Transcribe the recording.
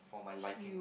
for my liking